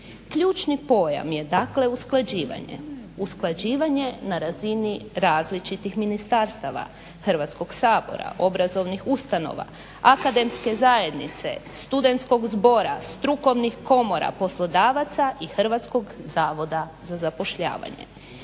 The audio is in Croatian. Ključni pojam je dakle usklađivanje. Usklađivanje na razini različitih ministarstava, Hrvatskog sabora, obrazovnih ustanova, akademske zajednice, studentskog zbora, strukovnih komora, poslodavaca i Hrvatskog zavoda za zapošljavanje.